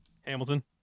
hamilton